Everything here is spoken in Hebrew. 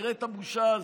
תראה את הבושה הזאת,